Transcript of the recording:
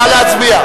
נא להצביע.